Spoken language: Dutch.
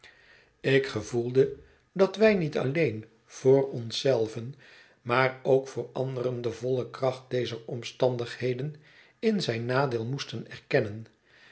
ik gevoelde dat wij niet alleen voor ons zelven maar ook voor anderen de volle kracht dezer omstandigheden in zijn nadeel moesten erkennen